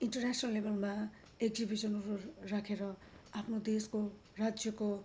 international लेबलमा एक्जिविसनहरू राखेर आफ्नो देशको राज्यको